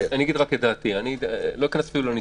אני אגיד רק את דעתי, לא אכנס אפילו לניסוחים.